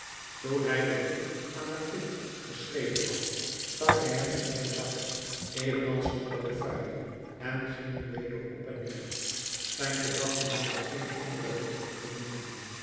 toen hij den brief aan laffitte geschreven had stak hij hem in zijn zak evenals de portefeuille en ging weder op en neer zijn gedachten hadden geen andere richting genomen